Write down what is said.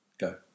go